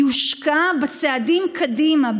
יושקע בצעדים קדימה,